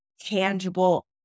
tangible